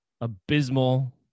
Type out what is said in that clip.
abysmal